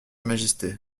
majesté